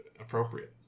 appropriate